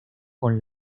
con